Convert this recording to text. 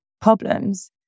problems